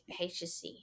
HSC